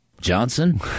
Johnson